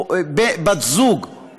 בת-זוג,